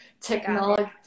technology